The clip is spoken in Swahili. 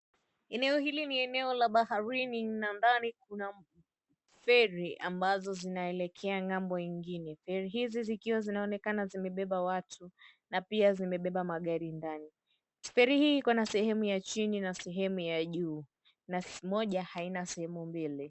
Eneo hili ni eneo la baharini kuna feri zinazoelekea ng'ambo ingine, feri hizi zikiwa zinaonekana zimebeba watu na pia zimebeba magari ndani, feri hii inasehemu ya chini na sehemu ya juu na moja haina sehemu mbili.